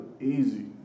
easy